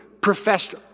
professed